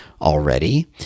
already